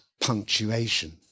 punctuation